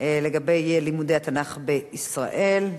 לגבי לימודי התנ"ך בישראל.